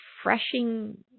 refreshing